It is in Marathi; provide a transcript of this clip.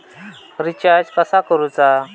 रिचार्ज कसा करूचा?